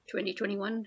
2021